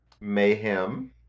Mayhem